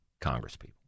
congresspeople